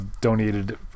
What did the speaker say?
donated